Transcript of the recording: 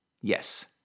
Yes